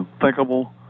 unthinkable